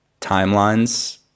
timelines